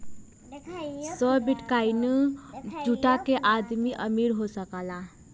सौ बिट्काइनो जुटा के आदमी अमीर हो सकला